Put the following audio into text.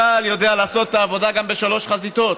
צה"ל יודע לעשות את העבודה גם בשלוש חזיתות.